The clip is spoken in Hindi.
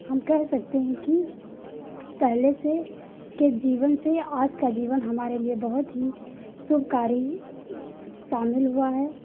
हम कह सकते हैं कि पहले से के जीवन से आज का जीवन हमारे लिए बहुत ही शुभकारी शामिल हुआ है